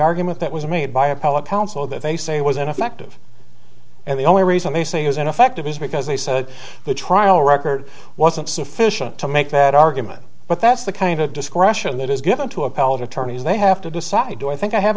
argument that was made by appellate counsel that they say was ineffective and the only reason they say is ineffective is because they said the trial record wasn't sufficient to make that argument but that's the kind of discretion that is given to appellate attorneys they have to decide do i think i have